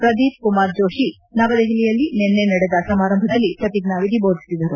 ಪ್ರದೀಪ್ ಕುಮಾರ್ ಜೋಷಿ ನವದೆಹಲಿಯಲ್ಲಿ ನಿನ್ನೆ ನಡೆದ ಸಮಾರಂಭದಲ್ಲಿ ಪ್ರತಿಜ್ಞಾವಿಧಿ ಬೋಧಿಸಿದರು